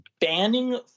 banning